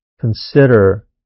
consider